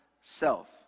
self